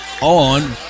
on